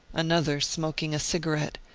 another smoking a cigarette,